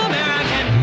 American